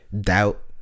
doubt